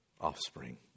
offspring